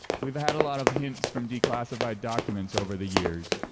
we've had a lot of hints from declassified documents over the years.